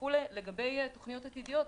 לגבי תוכניות עתידיות,